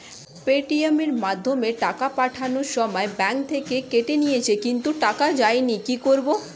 Paytm এর মাধ্যমে টাকা পাঠানোর সময় ব্যাংক থেকে কেটে নিয়েছে কিন্তু টাকা যায়নি কি করব?